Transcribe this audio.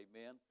Amen